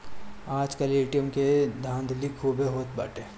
आजकल ए.टी.एम के धाधली खूबे होत बाटे